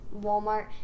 Walmart